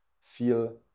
feel